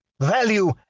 value